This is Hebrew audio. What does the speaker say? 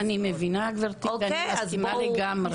אני מבינה, גברתי, ומסכימה לגמרי.